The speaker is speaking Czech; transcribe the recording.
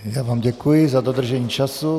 Já vám děkuji za dodržení času.